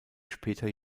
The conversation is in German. später